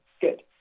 Good